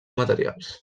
materials